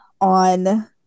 on